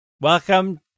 Welcome